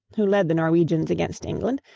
who led the norwegians against england,